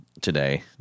today